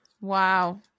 Wow